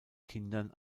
kindern